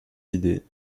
idées